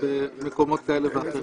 במקומות כאלה ואחרים.